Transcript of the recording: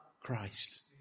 Christ